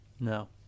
no